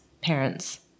parents